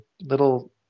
little